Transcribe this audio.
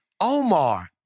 Omar